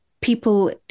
people